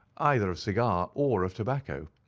either of cigar or of tobacco.